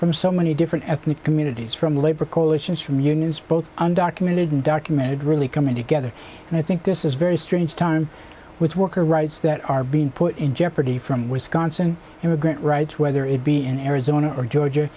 from so many different ethnic communities from labor coalitions from unions both undocumented and documented really coming together and i think this is very strange time with worker rights that are being put in jeopardy from wisconsin immigrant rights whether it be in arizona or georgia